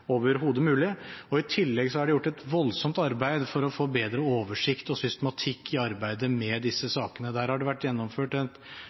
overhodet mulig. I tillegg er det gjort et voldsomt arbeid for å få bedre oversikt og systematikk i arbeidet med disse